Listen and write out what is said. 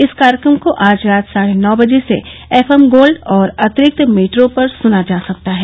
इस कार्यक्रम को आज रात साढ़े नौ बजे से एफ एम गोल्ड और अतिरिक्त मीटरों पर सुना जा सकता है